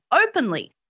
openly